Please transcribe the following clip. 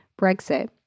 Brexit